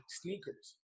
sneakers